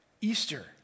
Easter